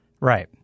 Right